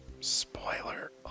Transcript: Spoiler